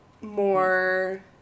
more